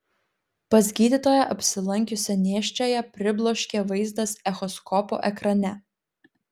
pas gydytoją apsilankiusią nėščiąją pribloškė vaizdas echoskopo ekrane